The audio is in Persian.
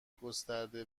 گسترده